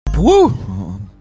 Woo